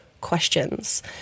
questions